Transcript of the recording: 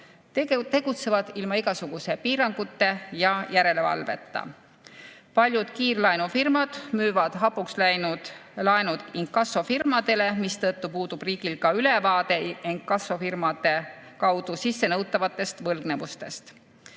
tegutsevad ilma igasuguste piirangute ja järelevalveta. Paljud kiirlaenufirmad müüvad hapuks läinud laenud inkassofirmadele, mistõttu puudub riigil ülevaade inkassofirmade kaudu sissenõutavatest võlgnevustest. Inkassofirmad